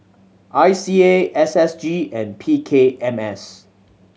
I C A S S G and P K M S